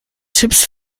tipps